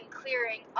clearing